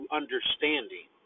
understanding